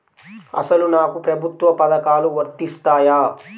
అసలు నాకు ప్రభుత్వ పథకాలు వర్తిస్తాయా?